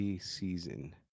season